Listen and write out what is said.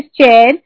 chair